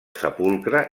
sepulcre